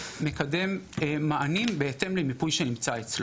מקדם מענים בהתאם לביקוש שנמצא אצלו,